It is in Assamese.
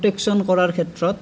প্ৰটেকচন কৰাৰ ক্ষেত্ৰত